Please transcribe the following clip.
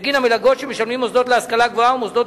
בגין המלגות שמשלמים מוסדות להשכלה גבוהה או מוסדות